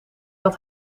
had